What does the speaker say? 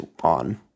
on